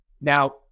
Now